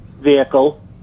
vehicle